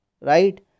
right